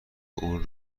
اون